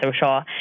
social